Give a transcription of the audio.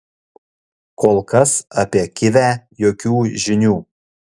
kol kas apie kivę jokių žinių